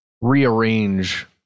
rearrange